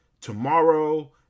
tomorrow